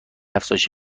افزایش